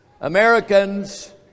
Americans